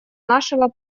нашего